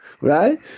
right